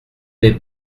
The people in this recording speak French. des